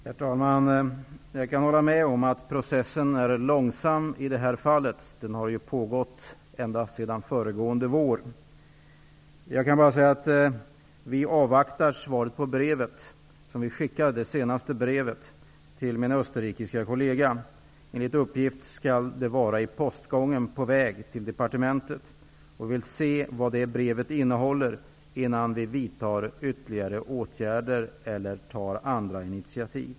Herr talman! Jag kan hålla med om att processen är långsam i detta fall. Den har pågått ända sedan föregående vår. Jag kan bara säga att vi avvaktar svaret på det senaste brevet som vi skickade till min österrikiske kollega. Enligt uppgift skall det vara i postgången, på väg till departementet. Vi vill se vad brevet innehåller innan vi vidtar ytterligare åtgärder eller tar andra initiativ.